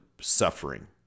suffering